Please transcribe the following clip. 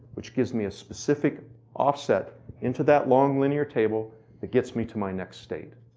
which gives me a specific offset into that long linear table that gets me to my next state.